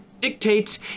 dictates